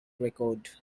record